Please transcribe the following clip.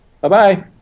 Bye-bye